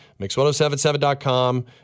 Mix1077.com